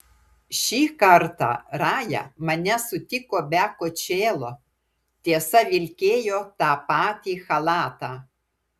šį kartą raja mane sutiko be kočėlo tiesa vilkėjo tą patį chalatą